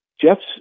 Jeff's